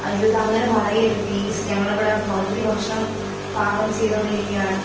അയ്യോ അത് അങ്ങനെ പറയരുത് പ്ളീസ് ഞങ്ങളിവിടെ പകുതി ഭക്ഷണം പാകം ചെയ്തുകൊണ്ടിരിക്കുകയാണ്